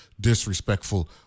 disrespectful